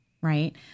Right